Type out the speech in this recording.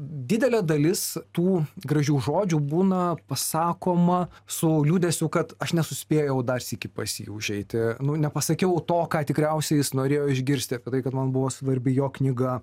didelė dalis tų gražių žodžių būna pasakoma su liūdesiu kad aš nesuspėjau dar sykį pas jį užeiti nu nepasakiau to ką tikriausiai jis norėjo išgirsti apie tai kad man buvo svarbi jo knyga